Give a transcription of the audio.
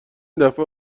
دفعه